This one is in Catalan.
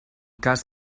cas